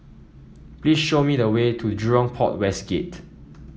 please show me the way to Jurong Port West Gate